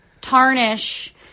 tarnish